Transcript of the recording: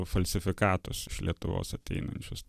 falsifikatus iš lietuvos ateinančius